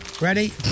Ready